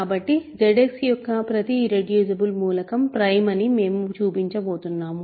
కాబట్టి ZX యొక్క ప్రతి ఇర్రెడ్యూసిబుల్ మూలకం ప్రైమ్ అని మేము చూపించబోతున్నాము